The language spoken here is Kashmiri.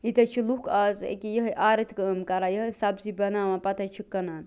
ییٚتہِ حظ چھِ لوٗکھ آز أکہِ یِہٲے آرٕتۍ کٲم کَران یِہٲے سبزی بناوان پتہٕ حظ چھِ کٕنان